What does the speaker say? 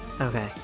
Okay